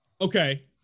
Okay